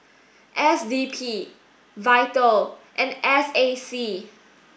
S D P VITAL and S A C